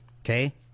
Okay